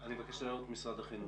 אני מבקש לשמוע את משרד החינוך.